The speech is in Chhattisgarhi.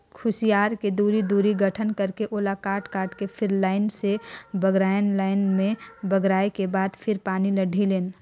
खुसियार के दूरी, दूरी गठन करके ओला काट काट के फिर लाइन से बगरायन लाइन में बगराय के बाद फिर पानी ल ढिलेन